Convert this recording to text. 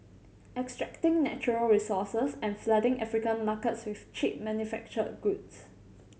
extracting natural resources and flooding African markets with cheap manufactured goods